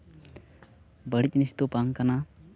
ᱵᱟᱹᱲᱤᱡ ᱡᱤᱱᱤᱥ ᱫᱚ ᱵᱟᱝ ᱠᱟᱱᱟ